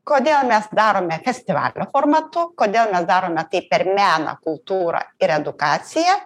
kodėl mes darome festivalio formatu kodėl mes darome tai per meną kultūrą ir edukaciją